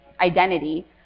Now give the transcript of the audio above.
identity